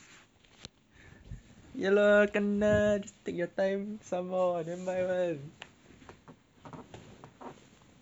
ya lah gan ah just take your time somewhat and then buy one